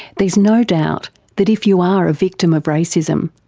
there's no doubt that if you are a victim of racism,